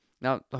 Now